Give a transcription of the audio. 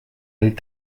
olid